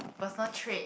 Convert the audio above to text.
personal trait